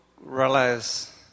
realize